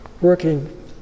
working